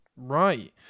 Right